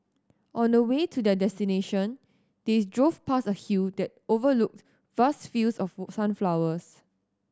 on the way to their destination they drove past a hill that overlooked vast fields of sunflowers